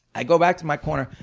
i go back to my corner.